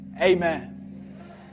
amen